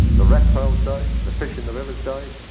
the reptiles died, the fish in the rivers died,